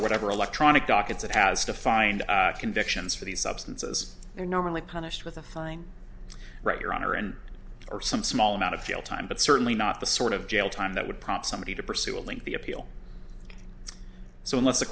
or whatever electronic dockets it has to find convictions for these substances are normally punished with a fine right your honor and or some small amount of jail time but certainly not the sort of jail time that would prompt somebody to pursue a link the appeal so unless the